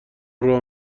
راه